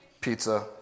Pizza